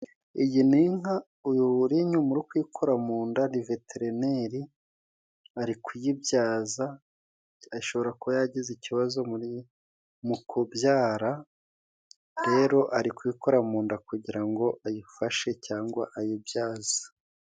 Iyi ni inka， uyu uri inyuma uri kuyikora mu nda ni Veterineri， ari kuyibyaza，ishobora kuba yagize ikibazo mu kubyara，rero arikuyikora mu nda kugira ngo ayifashe cyangwa ayibyaze.